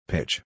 Pitch